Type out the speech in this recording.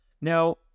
Now